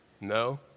No